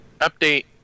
update